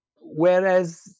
whereas